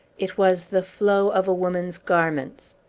it was the flow of a woman's garments.